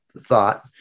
thought